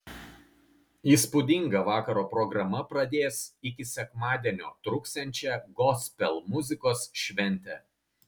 įspūdinga vakaro programa pradės iki sekmadienio truksiančią gospel muzikos šventę